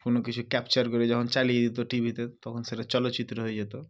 কোনো কিছু ক্যাপচার করে যখন চালিয়ে দিত টি ভিতে তখন সেটা চলচ্চিত্র হয়ে যেত